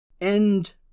End